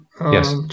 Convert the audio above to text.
yes